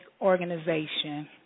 organization